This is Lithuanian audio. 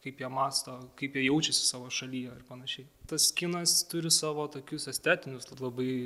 kaip jie mąsto kaip jie jaučiasi savo šalyje ar panašiai tas kinas turi savo tokius estetinius labai